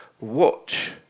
watch